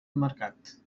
mercat